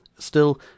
Still